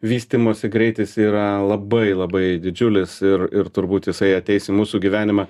vystymosi greitis yra labai labai didžiulis ir ir turbūt jisai ateis į mūsų gyvenimą